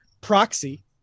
proxy